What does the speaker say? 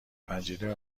پنجره